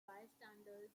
bystanders